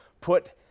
put